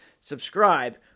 Subscribe